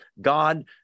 god